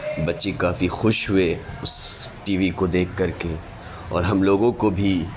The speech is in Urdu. بچے کافی خوش ہوئے اس ٹی وی کو دیکھ کر کے اور ہم لوگوں کو بھی